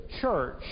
church